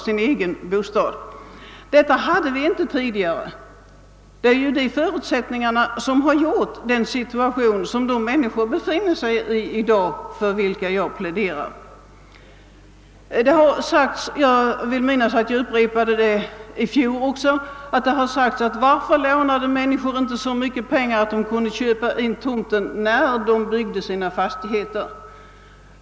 Detta var något som inte tidigare hade förekommit, och det har skapat förutsättningarna för den situation som de männmniskor jag nu pläderar för befinner sig i. Man har undrat — jag vill minnas att jag också i fjol tog upp detta — varför människorna inte från början lånade upp så mycket pengar att de kunde köpa in också tomten när de byggde sina fastigheter.